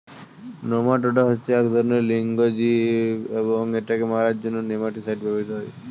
nematoda হচ্ছে এক ধরণের এক লিঙ্গ জীব এবং এটাকে মারার জন্য নেমাটিসাইড ব্যবহৃত হয়